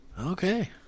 Okay